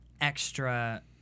extra